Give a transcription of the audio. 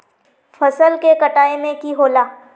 फसल के कटाई में की होला?